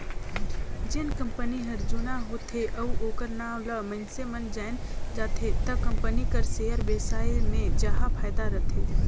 जेन कंपनी हर जुना होथे अउ ओखर नांव ल मइनसे मन जाएन जाथे त कंपनी कर सेयर बेसाए मे जाहा फायदा रथे